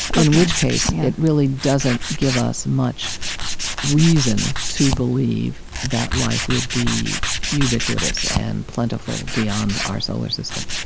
in which case it really doesn't give us much reason to believe that life would be ubiquitous and plentiful beyond our solar system